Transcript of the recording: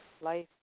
life